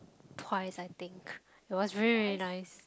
twice I think it was very very nice